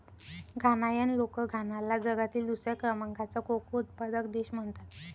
घानायन लोक घानाला जगातील दुसऱ्या क्रमांकाचा कोको उत्पादक देश म्हणतात